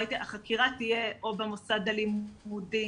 החקירה תהיה או במוסד הלימודי.